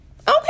Okay